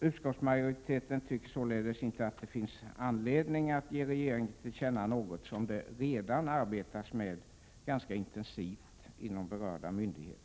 Utskottsmajoriteten anser inte att riksdagen behöver ge regeringen till känna något som det redan arbetas med ganska intensivt inom berörda myndigheter.